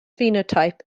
phenotype